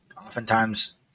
Oftentimes-